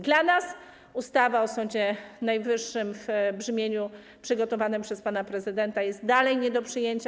Dla nas ustawa o Sądzie Najwyższym w brzmieniu przygotowanym przez pana prezydenta jest dalej nie do przyjęcia.